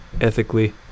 ethically